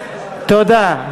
תודה.